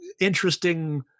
interesting